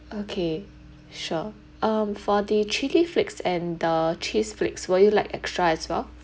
okay sure um for the chilli flakes and the cheese flakes will you like extra as well